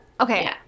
okay